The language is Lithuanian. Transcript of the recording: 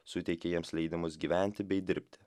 suteikė jiems leidimus gyventi bei dirbti